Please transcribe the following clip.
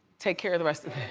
take care of the rest of